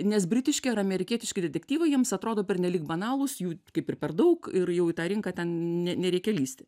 nes britiški ar amerikietiški detektyvai jiems atrodo pernelyg banalūs jų kaip ir per daug ir jau į tą rinką ten nereikia lįsti